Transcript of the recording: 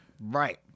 right